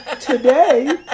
Today